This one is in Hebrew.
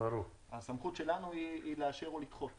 הסמכות שלנו היא לאשר או לדחות